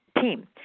team